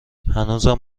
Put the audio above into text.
هنوزم